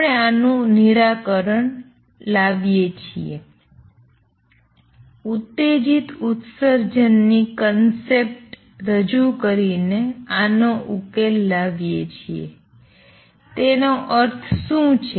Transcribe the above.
આપણે આનું નિરાકરણ લાવીએ છીએ ઉત્તેજીત ઉત્સર્જનનો કન્સેપ્ટ રજૂ કરીને આનો ઉકેલ લાવીએ અને તેનો અર્થ શું છે